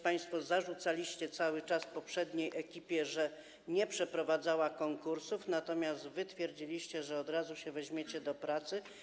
Państwo zarzucaliście cały czas poprzedniej ekipie, że nie przeprowadzała konkursów, natomiast twierdziliście, że od razu weźmiecie się do pracy.